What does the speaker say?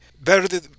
better